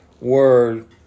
word